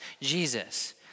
Jesus